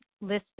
listed